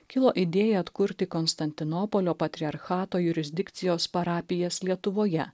kilo idėja atkurti konstantinopolio patriarchato jurisdikcijos parapijas lietuvoje